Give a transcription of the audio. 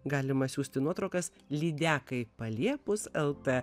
galima siųsti nuotraukas lydekai paliepus lt